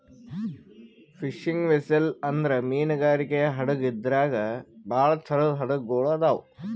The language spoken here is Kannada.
ಫಿಶಿಂಗ್ ವೆಸ್ಸೆಲ್ ಅಂದ್ರ ಮೀನ್ಗಾರಿಕೆ ಹಡಗ್ ಇದ್ರಾಗ್ ಭಾಳ್ ಥರದ್ ಹಡಗ್ ಗೊಳ್ ಅದಾವ್